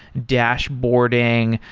dashboarding,